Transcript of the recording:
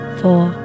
four